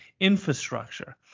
infrastructure